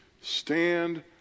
stand